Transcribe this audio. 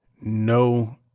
no